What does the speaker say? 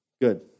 Good